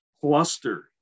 cluster